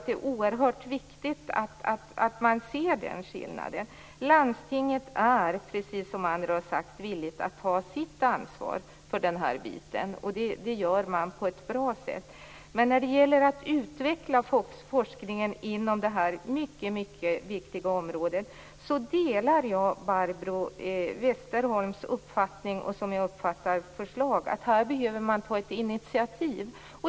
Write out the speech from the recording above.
Det är oerhört viktigt att se den skillnaden. Landstinget är villigt att ta sitt ansvar, och det gör man på ett bra sätt. Men i fråga om att utveckla forskningen på det här viktiga området, delar jag Barbro Westerholms uppfattning och förslag att det behöver tas ett initiativ.